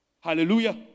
Hallelujah